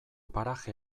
paraje